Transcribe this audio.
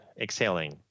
exhaling